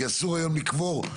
כי אסור היום לקבור,